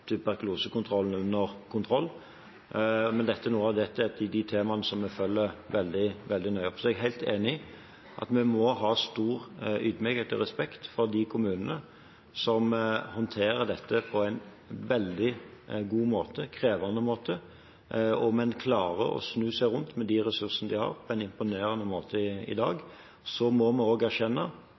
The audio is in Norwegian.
under kontroll. Dette er et av de temaene som vi følger veldig nøye opp. Jeg er helt enig i at vi må ha stor ydmykhet og respekt for de kommunene som håndterer dette på en veldig god og krevende måte. Selv om de på en imponerende måte klarer å snu seg rundt med de ressursene de har i dag, så må vi erkjenne – både som regjering og